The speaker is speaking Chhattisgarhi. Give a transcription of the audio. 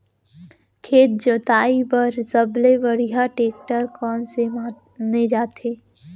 खेत जोताई बर सबले बढ़िया टेकटर कोन से माने जाथे?